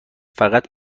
فقط